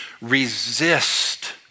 resist